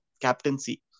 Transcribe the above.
captaincy